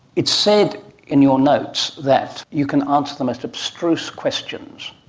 it said in your notes that you can answer the most abstruse questions.